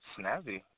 snazzy